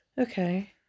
okay